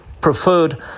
preferred